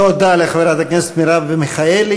תודה לחברת הכנסת מרב מיכאלי.